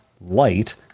light